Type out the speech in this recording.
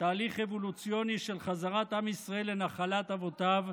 תהליך אבולוציוני של חזרת עם ישראל לנחלת אבותיו,